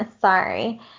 sorry